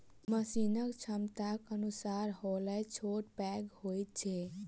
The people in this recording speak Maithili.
मशीनक क्षमताक अनुसार हौलर छोट पैघ होइत छै